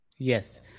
Yes